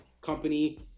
company